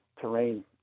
Terrain